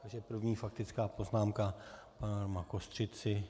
Takže první faktická poznámka Roma Kostřici.